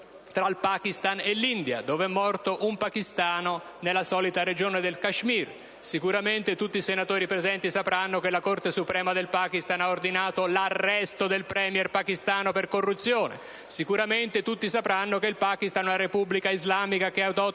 tra il Pakistan e l'India, in cui è morto un pakistano, nella solita regione del Kashmir. Sicuramente tutti i senatori presenti sapranno che la Corte suprema del Pakistan ha ordinato l'arresto del *Premier* pakistano per corruzione. Sicuramente tutti sapranno che il Pakistan è una Repubblica islamica che adotta